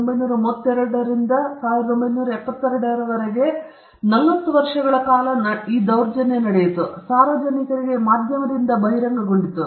1932 ರಿಂದ 1972 ರವರೆಗೆ ಇದು ನಲವತ್ತು ವರ್ಷಗಳ ಕಾಲ ನಡೆದಿದೆ ಅದು ಸಾರ್ವಜನಿಕರಿಗೆ ಮಾಧ್ಯಮದಿಂದ ಬಹಿರಂಗಗೊಂಡಿದೆ